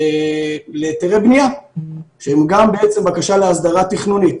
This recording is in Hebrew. להיתרי בנייה, שהם גם בעצם בקשה להסדרה תכנונית.